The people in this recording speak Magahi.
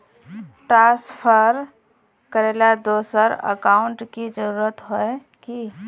ट्रांसफर करेला दोसर अकाउंट की जरुरत होय है की?